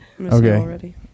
okay